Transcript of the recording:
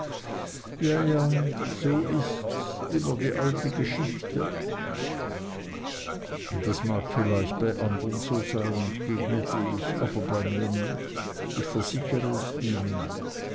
ja ja so ists immer die alte geschichte das mag vielleicht bei andern so sein entgegnete ich aber bei mir nicht ich versichere es ihnen